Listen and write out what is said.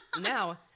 now